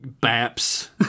baps